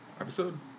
episode